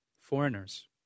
Foreigners